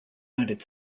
united